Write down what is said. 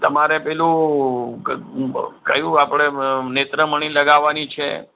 તમારે પેલું ક કયું આપણે નેત્રમણી લગાવવાની છે